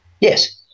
Yes